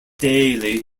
daily